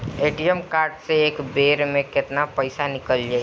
ATM card से एक बेर मे केतना पईसा निकल जाई?